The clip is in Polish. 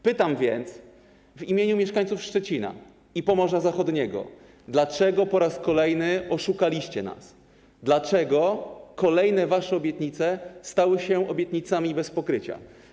Pytam więc w imieniu mieszkańców Szczecina i Pomorza Zachodniego, dlaczego po raz kolejny oszukaliście nas, dlaczego kolejne wasze obietnice stały się obietnicami bez pokrycia.